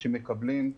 שמקבלים.